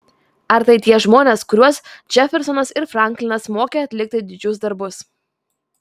ar tai tie žmonės kuriuos džefersonas ir franklinas mokė atlikti didžius darbus